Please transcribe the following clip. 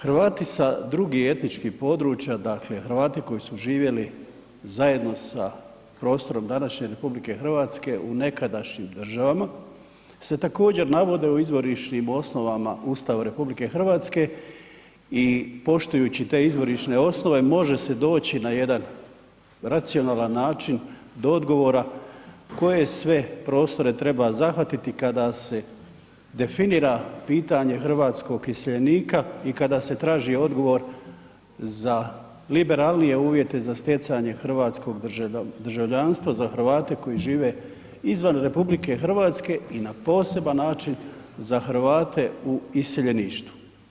Hrvati sa drugih etničkih područja, dakle Hrvati koji su živjeli zajedno sa prostorom današnje RH u nekadašnjim državama se također navode u izvorišnim osnovama Ustava RH i poštujući te izvorišne osnove može se doći na jedan racionalan način do odgovora koje sve prostore treba zahvatiti kada se definira pitanje hrvatskog iseljenika i kada se traži odgovor za liberalnije uvjete za stjecanje hrvatskog državljanstva za Hrvate koji žive izvan RH i na poseban način za poseban način za Hrvate u iseljeništvu.